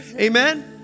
Amen